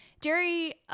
Jerry